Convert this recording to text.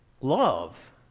love